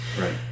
right